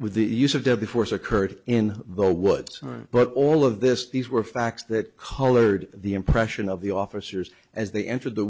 with the use of deadly force occurred in the woods but all of this these were facts that colored the impression of the officers as they entered the